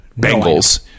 Bengals